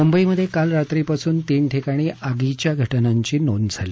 मुंबईमध्ये काल रात्रीपासून तीन ठिकाणी आगीच्या घटनांची नोंद झाली